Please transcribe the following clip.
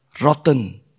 rotten